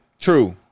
True